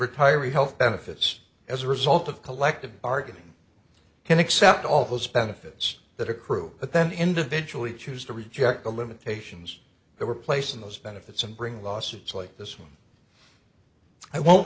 retiree health benefits as a result of collective bargaining can accept all those benefits that accrue but then individually choose to reject the limitations that were placed in those benefits and bring lawsuits like this one i won't